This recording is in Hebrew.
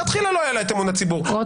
שמלכתחילה לא היה לה את אמון הציבור,